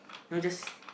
know just